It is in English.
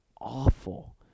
awful